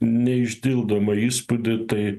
neišdildomą įspūdį tai